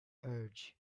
urge